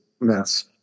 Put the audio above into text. mess